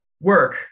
work